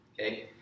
Okay